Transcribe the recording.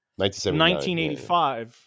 1985